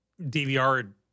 DVR